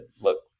look